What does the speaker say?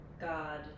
God